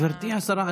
גברתי השרה,